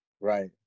Right